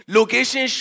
Location